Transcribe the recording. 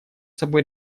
собой